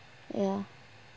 ya